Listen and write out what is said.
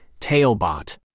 TailBot